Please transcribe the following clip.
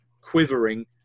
quivering